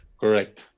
correct